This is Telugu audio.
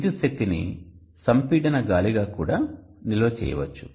విద్యుత్ శక్తిని సంపీడన గాలిగా కూడా నిల్వ చేయవచ్చు